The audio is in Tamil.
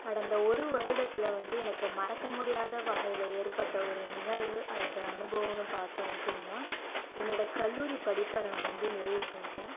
கடந்த ஒரு வருடத்தில் வந்து எனக்கு மறக்க முடியாத வகையில் ஏற்பட்ட ஒரு நிகழ்வு அல்லது அனுபவன்னு பார்த்தோம் அப்படின்னா என்னோடய கல்லூரி படிப்பை நான் வந்து நிறைவு செஞ்சேன்